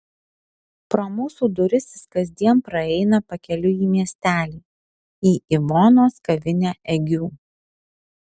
pro mūsų duris jis kasdien praeina pakeliui į miestelį į ivonos kavinę egiu